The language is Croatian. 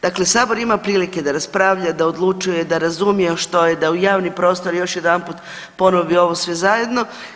Dakle, sabor ima prilike da raspravlja, da odlučuje, da razumije što je, da u javni prostor još jedanput ponovi ovo sve zajedno.